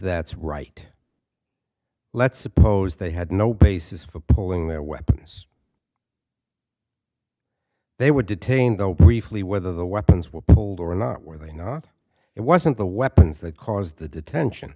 that's right let's suppose they had no basis for pulling their weapons they would detain though briefly whether the weapons were pulled or not were they not it wasn't the weapons that caused the detention